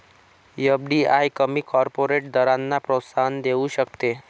FDI कमी corporate दरांना प्रोत्साहन देऊ शकते